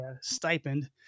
stipend